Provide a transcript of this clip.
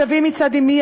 סבי מצד אמי,